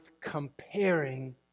comparing